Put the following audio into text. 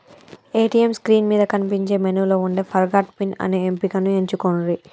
ATM screen మీద కనిపించే మెనూలో వుండే ఫర్గాట్ పిన్ అనే ఎంపికను ఎంచుకొండ్రి